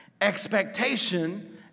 Expectation